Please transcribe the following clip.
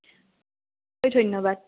ধন্যবাদ